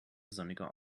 sonniger